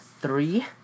three